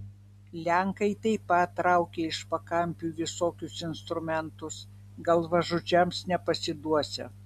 lenkai taip pat traukia iš pakampių visokius instrumentus galvažudžiams nepasiduosią